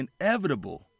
inevitable